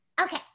Okay